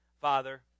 Father